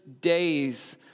days